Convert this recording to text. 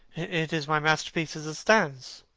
it is my masterpiece as it stands.